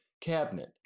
cabinet